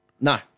No